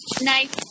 nice